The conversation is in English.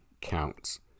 counts